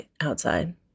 outside